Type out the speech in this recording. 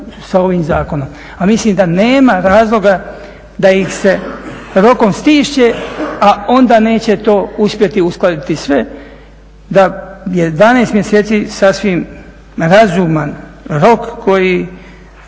sa ovim zakonom, a mislim da nema razloga da ih se rokom stišće, a onda neće to uspjeti uskladiti sve da je 12 mjeseci sasvim razuman rok koji